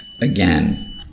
again